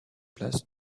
place